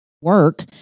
work